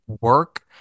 work